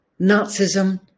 Nazism